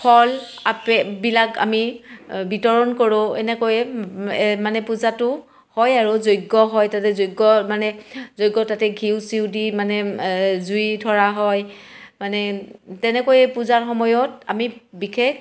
ফল আপেল বিলাক আমি বিতৰণ কৰোঁ এনেকৈয়ে মানে পূজাতো হয় আৰু যজ্ঞ হয় তাতে যজ্ঞ মানে যজ্ঞ তাত ঘিঁউ চিউ দি মানে জুই ধৰা হয় মানে তেনেকৈয়ে পূজাৰ সময়ত আমি বিশেষ